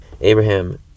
Abraham